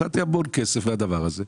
הפסדתי המון כסף מהדבר הזה.